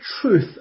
truth